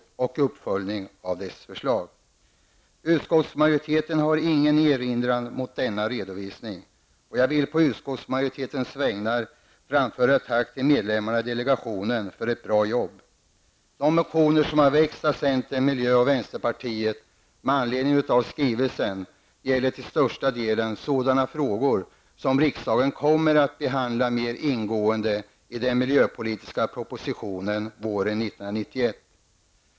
Utskottsmajoriteten har ingen erinran mot denna redovisning. Jag vill på utskottsmajoritetens vägnar framföra ett tack till medlemmarna i delegationen för ett bra jobb. De motioner som väckts av centern, miljöpartiet och vänsterpartiet med anledning av skrivelsen gäller till största delen sådana frågor som riksdagen kommer att behandla mer ingående i den miljöpolitiska propositionen våren 1991.